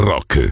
Rock